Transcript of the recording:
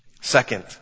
Second